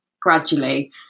gradually